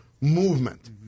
movement